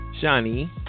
Shani